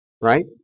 right